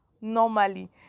normally